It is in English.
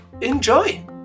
enjoy